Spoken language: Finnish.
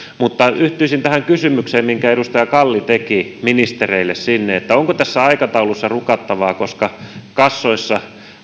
mutta yhtyisin tähän kysymykseen minkä edustaja kalli teki ministereille sinne onko tässä aikataulussa rukattavaa koska kassoissa